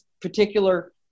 particular